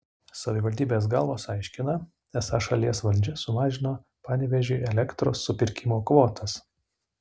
savivaldybės galvos aiškina esą šalies valdžia sumažino panevėžiui elektros supirkimo kvotas